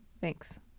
thanks